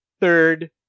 third